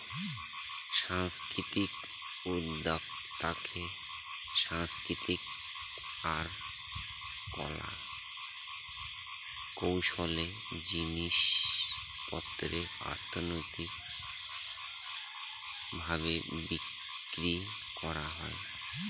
সাংস্কৃতিক উদ্যক্তাতে সাংস্কৃতিক আর কলা কৌশলের জিনিস পত্রকে অর্থনৈতিক ভাবে বিক্রি করা হয়